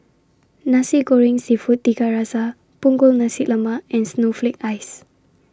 Nasi Goreng Seafood Tiga Rasa Punggol Nasi Lemak and Snowflake Ice